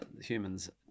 humans